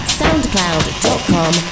soundcloud.com